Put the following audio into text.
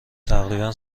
تقریبا